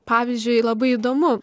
pavyzdžiui labai įdomu